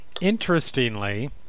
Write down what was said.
Interestingly